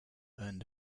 earned